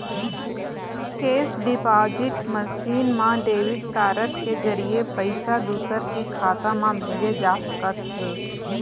cash deposit machine म debit card के जरिए पइसा दूसर के खाता म भेजे जा सकत हे